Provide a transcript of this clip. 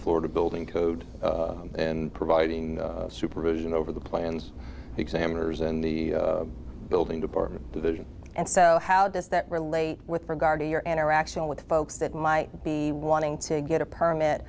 florida building code and providing supervision over the plans examiners and the building department division and so how does that relate with regard to your interaction with folks that might be wanting to get a permit